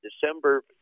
December